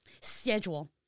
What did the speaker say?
Schedule